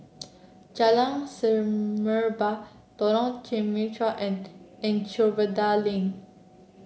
Jalan Semerbak Lorong Temechut and Anchorvale Lane